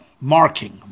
marking